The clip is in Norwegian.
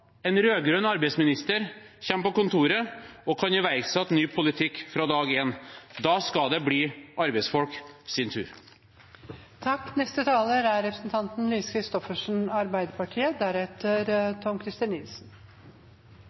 en rød-grønn arbeidsminister kommer på kontoret og kan iverksette ny politikk fra dag én. Da skal det bli arbeidsfolks tur. I denne saken er